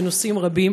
בנושאים רבים,